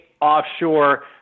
offshore